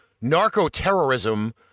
narco-terrorism